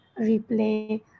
replay